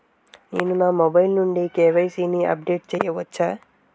నేను నా మొబైల్ నుండి కే.వై.సీ ని అప్డేట్ చేయవచ్చా?